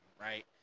right